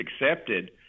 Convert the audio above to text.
accepted